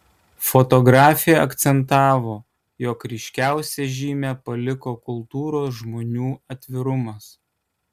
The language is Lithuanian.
fotografė akcentavo jog ryškiausią žymę paliko kultūros žmonių atvirumas